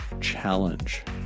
challenge